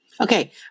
Okay